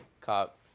cop